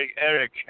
Eric